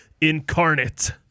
Incarnate